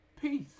Peace